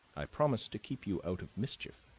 i promised to keep you out of mischief.